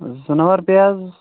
زٕ نَمبر پیٚیہِ حظ